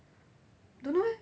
don't know eh